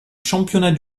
championnat